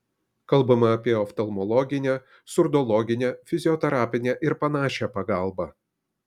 kalbama apie oftalmologinę surdologinę fizioterapinę ir panašią pagalbą